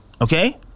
okay